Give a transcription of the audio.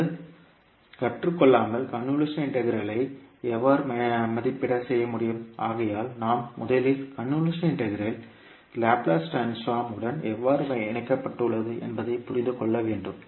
நீங்கள் கற்றுக் கொள்ளாமல் கன்வொல்யூஷன் இன்டெக்ரல் ஐ எவ்வாறு மதிப்பிட செய்யமுடியும் ஆகையால் நாம் முதலில் கன்வொல்யூஷன் இன்டெக்ரல் லாப்லேஸ் ட்ரான்ஸ்போர்ம் உடன் எவ்வாறு இணைக்கப்பட்டுள்ளது என்பதை புரிந்து கொள்ள வேண்டும்